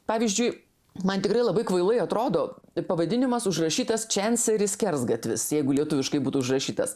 pavyzdžiui man tikrai labai kvailai atrodo tik pavadinimas užrašytas čenseri skersgatvis jeigu lietuviškai būtų užrašytas